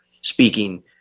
speaking